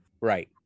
right